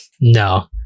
no